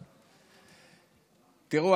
תראו,